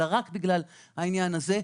אלא רק בגלל העניין הזה.